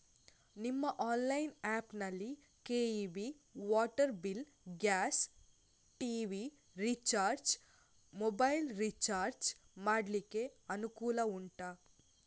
ನಿಮ್ಮ online app ನಲ್ಲಿ KEB, water bill, gas, TV recharge, mobile recharge ಮಾಡ್ಲಿಕ್ಕೆ ಅನುಕೂಲ ಉಂಟಾ